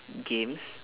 games